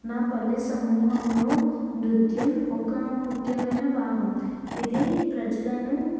నా పల్లె సమూహంలో నృత్యం ఒక ముఖ్యమైన భాగం ఇది ప్రజలను